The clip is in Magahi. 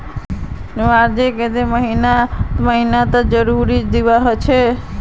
नवजात उद्यमितात तीन महीनात मजदूरी दीवा ह छे